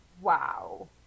wow